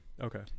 Okay